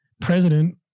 president